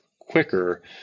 quicker